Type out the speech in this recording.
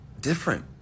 different